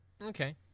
Okay